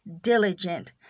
diligent